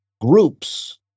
groups